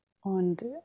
und